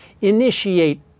initiate